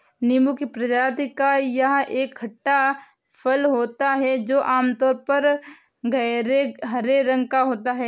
नींबू की प्रजाति का यह एक खट्टा फल होता है जो आमतौर पर गहरे हरे रंग का होता है